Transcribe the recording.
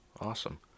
Awesome